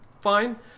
fine